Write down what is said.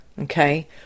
okay